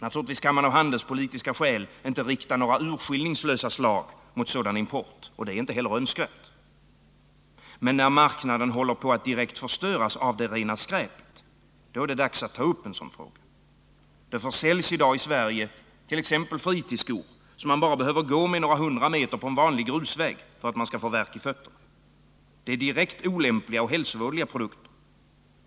Naturligtvis kan man av handelspolitiska skäl inte rikta urskillningslösa slag mot sådan import, och det är heller inte önskvärt. Men när marknaden håller på att direkt förstöras av det rena skräpet, är det dags att ta upp denna fråga. Det försäljs i dag i Sverige t.ex. fritidsskor, som man bara behöver gå med några hundra meter på en vanlig grusväg för att man skall få värk i fötterna. Det är direkt olämpliga och hälsovådliga produkter.